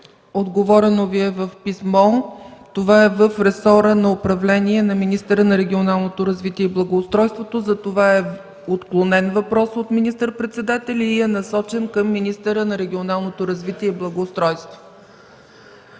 Отговорено Ви е в писмо. Това е в ресора на управление на министъра на регионалното развитие и благоустройството, затова въпросът е отклонен от министър-председателя и е насочен към министъра на регионалното развитие и благоустройството.